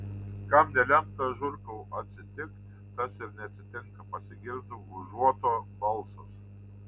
kam nelemta žurkau atsitikt tas ir neatsitinka pasigirdo užuoto balsas